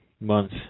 month